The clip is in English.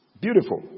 Beautiful